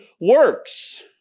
works